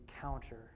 counter